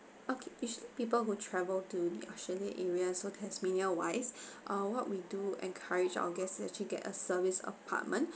okay usually people who travel to australia area so tasmania wise uh what we do encourage our guests actually get a service apartment